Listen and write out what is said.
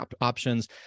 options